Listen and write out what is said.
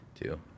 Two